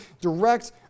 direct